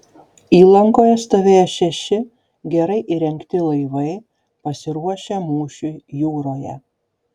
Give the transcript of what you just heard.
įlankoje stovėjo šeši gerai įrengti laivai pasiruošę mūšiui jūroje